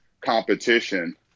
competition